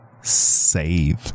save